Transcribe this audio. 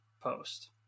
post